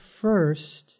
first